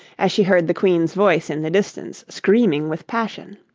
as she heard the queen's voice in the distance, screaming with passion.